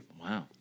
Wow